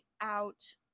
out